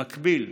במקביל,